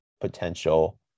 potential